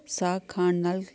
ਸਾਗ ਖਾਣ ਨਾਲ